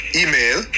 email